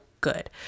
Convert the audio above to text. good